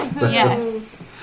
Yes